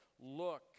look